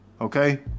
okay